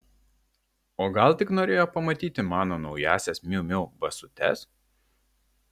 o gal tik norėjo pamatyti mano naująsias miu miu basutes